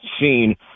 seen